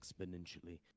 exponentially